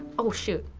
oh shoot!